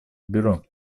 бюро